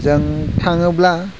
जों थाङोब्ला